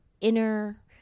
inner